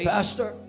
pastor